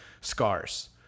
scars